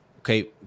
okay